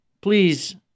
please